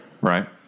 Right